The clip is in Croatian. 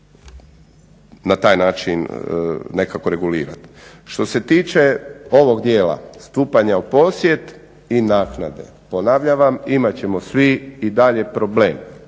na taj način nekako regulirati. Što se tiče ovog dijela stupanja u posjed i naknade. Ponavljam vam imat ćemo svi i dalje problem.